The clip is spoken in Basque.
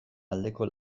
aldeko